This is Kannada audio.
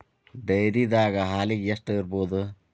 ಡೈರಿದಾಗ ಹಾಲಿಗೆ ಎಷ್ಟು ಇರ್ಬೋದ್?